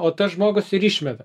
o tas žmogus ir išmeta